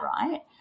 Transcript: right